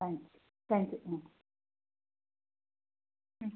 thanks thank you hmm ம்